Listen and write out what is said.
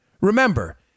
remember